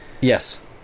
Yes